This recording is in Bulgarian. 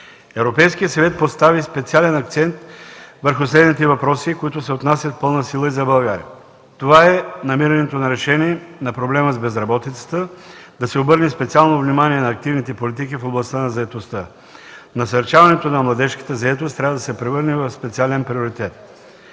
постави специален акцент върху следните въпроси, които се отнасят с пълна сила и за България. Това е намирането на решение на проблема с безработицата, да се обърне специално внимание на активните политики в областта на заетостта. Насърчаването на младежката заетост трябва да се превърне в специален приоритет.